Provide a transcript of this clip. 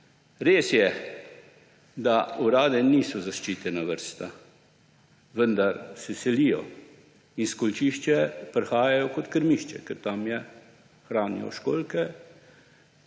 Res je, da orade niso zaščitena vrsta, vendar se selijo in v školjčišče prihajajo kot v krmišče, ker tam hranijo školjke,